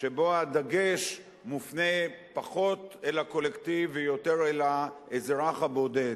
שבו הדגש מופנה פחות אל הקולקטיב ויותר אל האזרח הבודד.